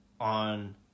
on